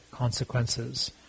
consequences